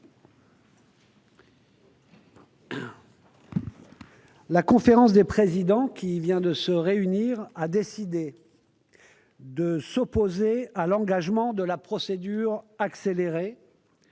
La conférence des présidents, qui vient de se réunir, a décidé de s'opposer à l'engagement de la procédure accélérée